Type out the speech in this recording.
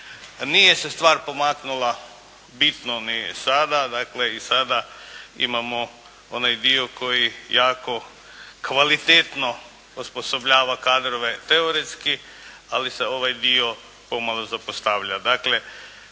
Nije se stvar pomaknula bitno ni sada. Dakle, i sada imamo onaj dio koji jako kvalitetno osposobljava kadrove teoretski, ali se ovaj dio pomalo zapostavlja.